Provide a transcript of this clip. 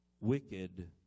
wicked